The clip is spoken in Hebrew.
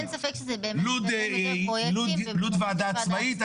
לוד ועדה עצמאית?